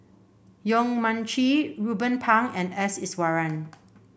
Yong Mun Chee Ruben Pang and S Iswaran